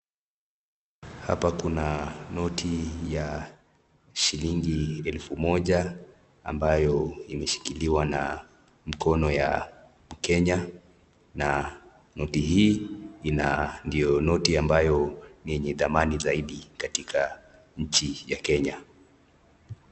Hapa kuna noti ya shilingi elfu moja ambayo imeshikiliwa na mkono ya mkenya na noti hii ndiyo noti ambayo ni yenye dhamani zaidi katika nchi ya Kenya.